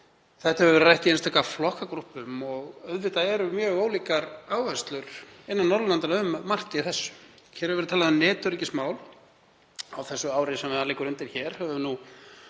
Þetta hefur verið rætt í einstaka flokkagrúppum og auðvitað eru mjög ólíkar áherslur innan Norðurlandanna um margt í þessu. Hér hefur verið talað um netöryggismál. Á því ári sem liggur undir hér